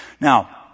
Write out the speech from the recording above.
Now